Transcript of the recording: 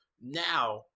Now